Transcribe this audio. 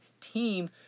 team